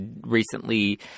recently